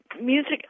music